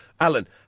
Alan